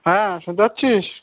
হ্যাঁ শুনতে পাচ্ছিস